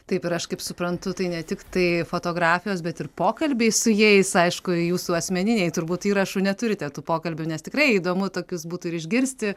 taip ir aš kaip suprantu tai ne tiktai fotografijos bet ir pokalbiai su jais aišku jūsų asmeniniai turbūt įrašų neturite tų pokalbių nes tikrai įdomu tokius būtų ir išgirsti